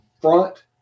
front